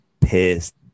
pissed